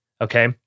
Okay